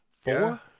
four